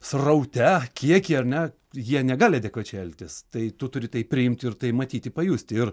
sraute kieky ar ne jie negali adekvačiai elgtis tai tu turi tai priimti ir tai matyti pajusti ir